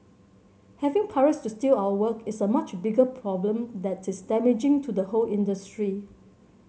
having pirates steal our work is a much bigger problem that is damaging to the whole industry